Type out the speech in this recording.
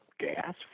gas